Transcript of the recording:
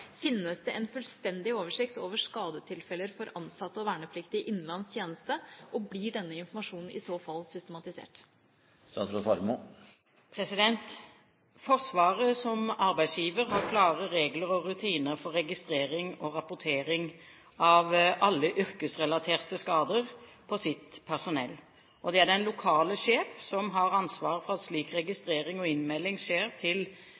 Finnes det en fullstendig oversikt over skadetilfeller for ansatte og vernepliktige i innenlands tjeneste, og blir denne informasjonen i så fall systematisert?» Forsvaret, som arbeidsgiver, har klare regler og rutiner for registrering og rapportering av alle yrkesrelaterte skader på sitt personell. Det er den lokale sjef som har ansvaret for at slik registrering og innmelding skjer til